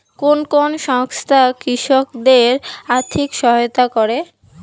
কোন কোন সংস্থা কৃষকদের আর্থিক সহায়তা করে?